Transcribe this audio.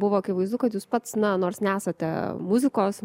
buvo akivaizdu kad jūs pats na nors nesate muzikos